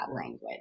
language